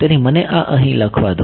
તેથી મને આ અહી લખવા દો